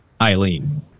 Eileen